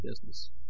business